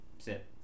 sit